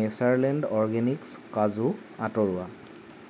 Natureland organics কাজু আঁতৰোৱা